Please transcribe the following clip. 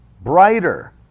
brighter